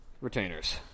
retainers